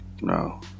no